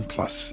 Plus